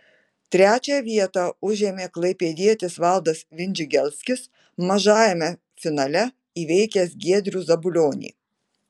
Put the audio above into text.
trečią vietą užėmė klaipėdietis valdas vindžigelskis mažajame finale įveikęs giedrių zabulionį